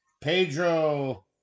Pedro